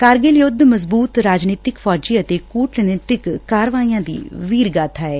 ਕਾਰਗਿਲ ਯੁੱਧ ਮਜ਼ਬੁਤ ਰਾਜਨੀਤਿਕ ਫੌਜੀ ਅਤੇ ਕੁਟਨੀਤਿਕ ਕਾਰਵਾਈਆਂ ਦੀ ਵੀਰਗਾਬਾ ਐ